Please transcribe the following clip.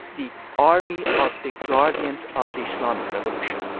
the army of the guardians of the islamic revolution.